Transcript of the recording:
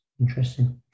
interesting